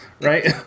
right